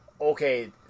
okay